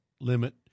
limit